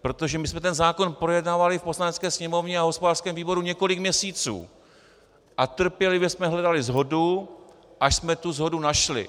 Protože my jsme zákon projednávali v Poslanecké sněmovně a hospodářském výboru několik měsíců a trpělivě jsme hledali shodu, až jsme tu shodu našli.